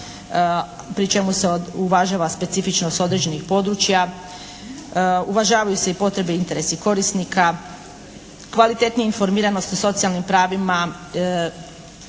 pri čemu se uvažava specifičnost određenih područja, uvažavaju se potrebe i interesi korisnika, kvalitetnija informiranost o socijalnim pravima.